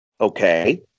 Okay